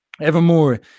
Evermore